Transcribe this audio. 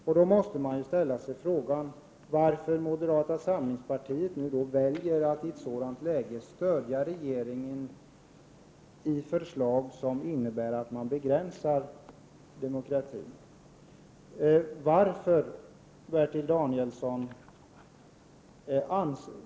Därför måste man ställa frågan varför moderata samlingspartiet i ett sådant läge väljer att stödja regeringen i förslag som innebär att man begränsar demokratin.